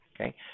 Okay